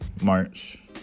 March